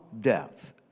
death